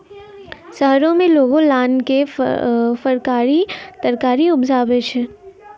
शहरो में लोगों लान मे फरकारी तरकारी उपजाबै छै